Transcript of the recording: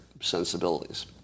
sensibilities